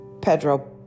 Pedro